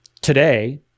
today